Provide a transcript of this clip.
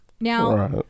Now